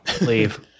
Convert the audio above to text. leave